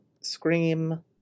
Scream